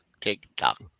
TikTok